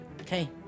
Okay